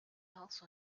also